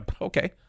Okay